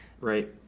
Right